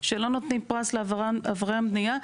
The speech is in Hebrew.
שלא נותנים פרס לעבריין בנייה,